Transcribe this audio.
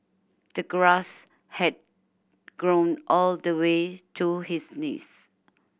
the grass had grown all the way to his knees